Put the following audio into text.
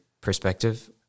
perspective